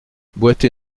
boiter